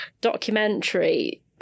documentary